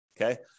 okay